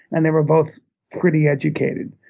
and they were both pretty educated.